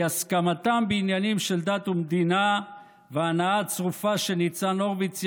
היא הסכמתם בעניינים של דת ומדינה והנאה צרופה של ניצן הורוביץ,